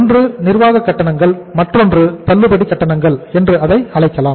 ஒன்று நிர்வாகக் கட்டணங்கள் மற்றொன்று தள்ளுபடி கட்டணங்கள் என்று அதை அழைக்கலாம்